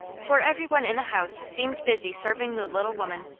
for everyone in the house seemed busy serving the little woman.